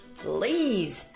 please